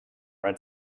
red